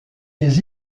des